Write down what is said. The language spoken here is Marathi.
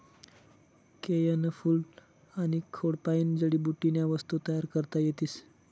केयनं फूल आनी खोडपायीन जडीबुटीन्या वस्तू तयार करता येतीस